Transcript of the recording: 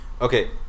Okay